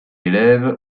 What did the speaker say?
élève